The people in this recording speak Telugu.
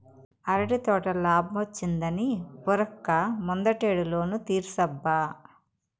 అరటి తోటల లాబ్మొచ్చిందని ఉరక్క ముందటేడు లోను తీర్సబ్బా